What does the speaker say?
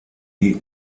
die